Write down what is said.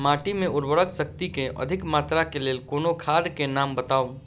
माटि मे उर्वरक शक्ति केँ अधिक मात्रा केँ लेल कोनो खाद केँ नाम बताऊ?